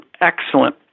excellent